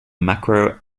macro